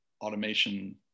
automation